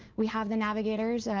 we have the navigators,